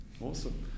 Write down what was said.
Awesome